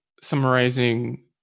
summarizing